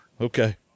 Okay